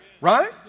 Right